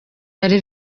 yari